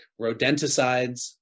Rodenticides